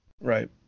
Right